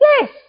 Yes